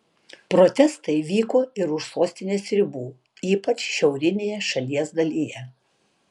protestai vyko ir už sostinės ribų ypač šiaurinėje šalies dalyje